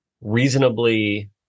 reasonably